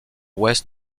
ouest